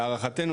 להערכתנו,